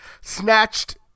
snatched